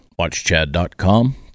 watchchad.com